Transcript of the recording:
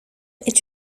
est